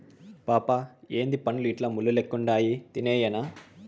పాపా ఏందీ పండ్లు ఇట్లా ముళ్ళు లెక్కుండాయి తినేయ్యెనా